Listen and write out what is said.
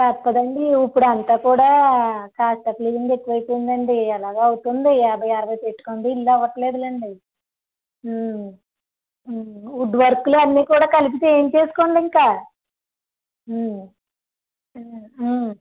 ఎక్కడ అండి ఇప్పుడు అంతా కూడా కాస్త క్లీనింగ్ ఎక్కువ అయిపోయిందండి ఎలాగ అవుతుంది యాబై అరవై పెట్టుకొనిదే ఇల్లు అవ్వట్లేదు లేండి వుడ్ వర్కులు అన్నీ కూడా కలిపితే ఎంత వేసుకోండి ఇంకా